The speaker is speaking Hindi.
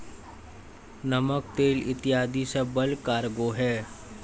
नमक, तेल इत्यादी सब बल्क कार्गो हैं